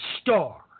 star